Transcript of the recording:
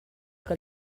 que